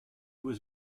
was